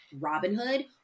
Robinhood